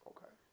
Okay